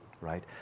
right